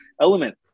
element